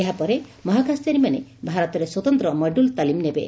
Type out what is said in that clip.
ଏହାପରେ ମହାକାଶଚାରୀମାନେ ଭାରତରେ ସ୍ୱତନ୍ତ ମଡ୍ୟୁଲ ତାଲିମ ନେବେ